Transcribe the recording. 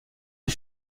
est